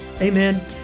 Amen